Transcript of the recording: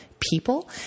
people